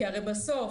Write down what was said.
כי הרי בסוף,